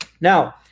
Now